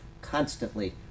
constantly